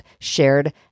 shared